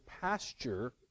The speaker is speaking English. pasture